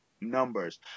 numbers